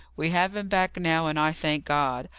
we have him back now, and i thank god.